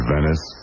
Venice